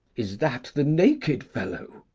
is that the naked fellow?